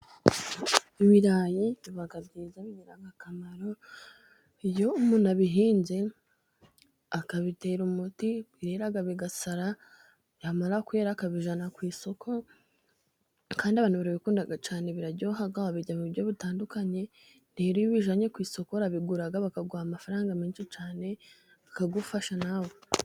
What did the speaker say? Ibirayi biba byiza bigira akamaro, iyo umuntu abihinze akabitera umuti birera bigasara , byamara kwera akabijyana ku isoko kandi abantu barabikunda cyane biraryoha, wabirya mu buryo butandukanye, rero iyo ubijyanye ku isoko barabigura, bakaguha amafaranga menshi cyane akagufasha nawe.